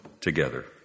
together